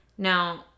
Now